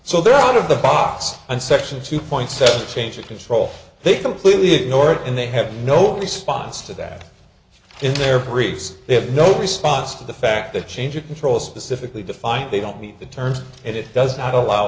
so they're out of the box and section two point seven change of control they completely ignore it and they have no response to that in their briefs they have no response to the fact that change of control specifically defined they don't meet the terms and it does not allow